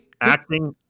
Acting